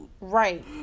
Right